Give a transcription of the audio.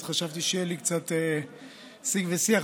אז חשבתי שיהיה לי קצת שיג ושיח,